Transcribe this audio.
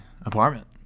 apartment